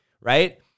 Right